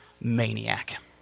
maniac